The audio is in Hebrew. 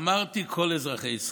אמרתי "כל אזרחי ישראל"